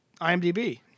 IMDb